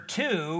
two